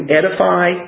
edify